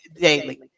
daily